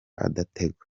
adategwa